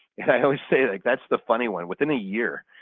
i always say like that's the funny one, within a year.